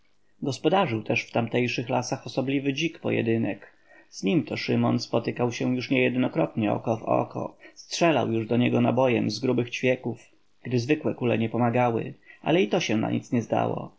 gospodarzył też w tamtejszych lasach osobliwy dzik pojedynek z nim to szymon spotykał się już niejednokrotnie oko w oko strzelał już do niego nabojem z grubych ćwieków gdy zwykłe kule nie pomagały ale i to się na nic nie zdało